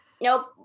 Nope